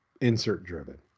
insert-driven